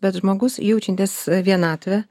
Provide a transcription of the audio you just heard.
bet žmogus jaučiantis vienatvę